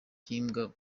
by’imbwa